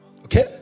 Okay